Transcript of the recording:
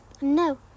No